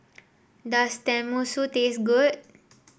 does Tenmusu taste good